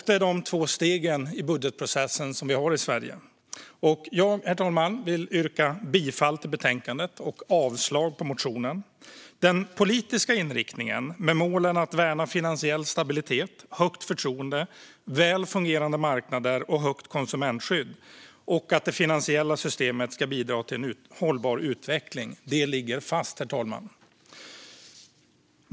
Det är de två stegen i budgetprocessen vi har i Sverige. Herr talman! Jag yrkar bifall till förslaget i betänkandet och avslag på motionerna. Den politiska inriktningen med målen att värna finansiell stabilitet, högt förtroende, väl fungerande marknader, högt konsumentskydd och att det finansiella systemet ska bidra till hållbar utveckling ligger fast.